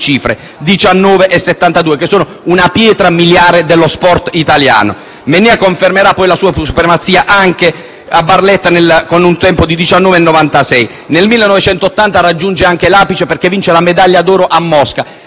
e 72), che sono una pietra miliare dello sport italiano. Mennea confermerà poi la sua supremazia anche a Barletta con un tempo di 19 secondi e 96 centesimi; nel 1980 raggiunge anche l'apice perché vince la medaglia d'oro a Mosca